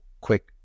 quick